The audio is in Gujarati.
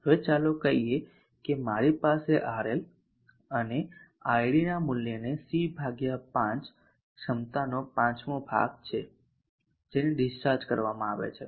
હવે ચાલો કહી શકીએ કે મારી પાસે RL અને id ના મૂલ્યને C5 ક્ષમતા નો પાંચમો ભાગ છે જેને ડિસ્ચાર્જ કરવામાં આવે છે